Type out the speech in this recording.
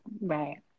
right